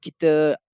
kita